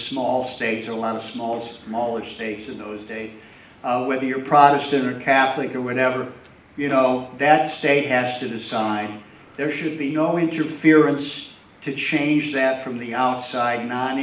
small stage a lot of small smaller states in those days whether you're protestant or catholic or whenever you know that state has to design there should be no interference to change that from the outside n